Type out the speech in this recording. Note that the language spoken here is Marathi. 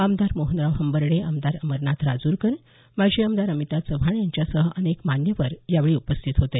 आमदार मोहनराव हंबर्डे आमदार अमरनाथ राजूरकर माजी आमदार अमिता चव्हाण यांच्यासह अनेक मान्यवर यावेळी उपस्थित होते